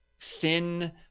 thin